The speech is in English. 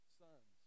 sons